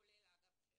כולל האגף של